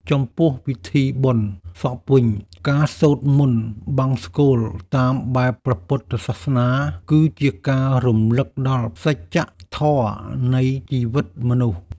ចំពោះពិធីបុណ្យសពវិញ ការសូត្រមន្តបង្សុកូលតាមបែបព្រះពុទ្ធសាសនា គឺជាការរំលឹកដល់សច្ចធម៌នៃជីវិតមនុស្ស។